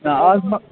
آ اَز ما